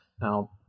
now